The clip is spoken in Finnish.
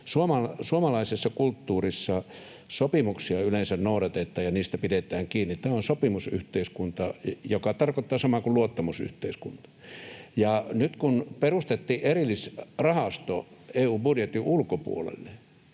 suomalaisessa kulttuurissa sopimuksia yleensä noudatetaan ja niistä pidetään kiinni. Tämä on sopimusyhteiskunta, joka tarkoittaa samaa kuin luottamusyhteiskunta. Nyt kun perustettiin erillisrahasto EU-budjetin ulkopuolelle,